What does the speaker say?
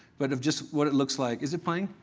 but of just what it looks like. is it playing?